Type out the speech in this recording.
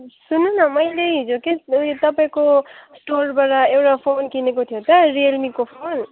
सुन्नु न मैले हिजो के ऊ यो तपाईँको स्टोरबाट एउटा फोन किनेको थियो त रियलमीको फोन